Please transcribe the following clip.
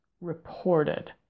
reported